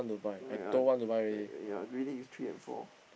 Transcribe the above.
ya ya greedy is three and four